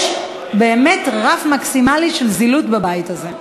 יש באמת רף מקסימלי של זילות בבית הזה,